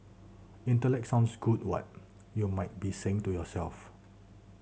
intellect sounds good what you might be saying to yourself